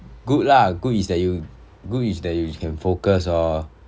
good lah good is that you good is that you can focus lor